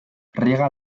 riega